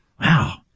Wow